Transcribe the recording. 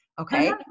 Okay